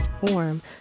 form